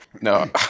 No